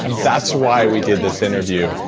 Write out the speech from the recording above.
and that's why we did this interview,